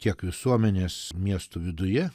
tiek visuomenės miestų viduje